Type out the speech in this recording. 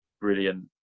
brilliant